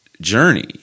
journey